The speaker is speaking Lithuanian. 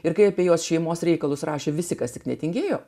ir kai apie jos šeimos reikalus rašė visi kas tik netingėjo